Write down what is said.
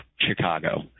Chicago